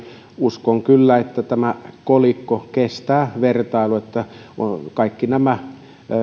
uskon kyllä että tämä kolikko kestää vertailun kaikki nämä